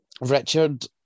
Richard